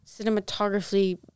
cinematography